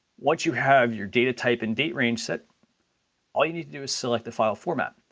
once you have your data type and date range set all you need to do is select the file format.